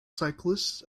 cyclists